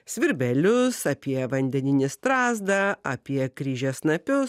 svirbelius apie vandeninį strazdą apie kryžiasnapius